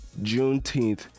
juneteenth